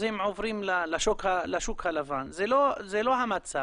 אז הם עוברים לשוק הלבן - זה לא המצב.